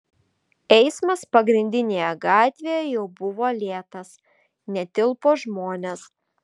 eismas pagrindinėje gatvėje jau buvo lėtas netilpo žmonės